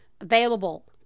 available